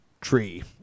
Tree